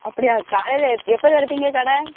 அப்படியா கடையில் எப்போ திறப்பீங்க கடை